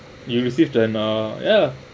you received an uh ya